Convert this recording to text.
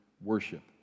Worship